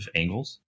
angles